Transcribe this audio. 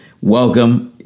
welcome